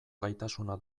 gaitasuna